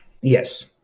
Yes